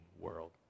world